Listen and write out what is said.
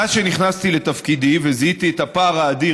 מאז שנכנסתי לתפקידי וזיהיתי את הפער האדיר